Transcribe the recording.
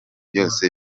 byose